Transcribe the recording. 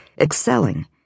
excelling